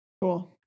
Cool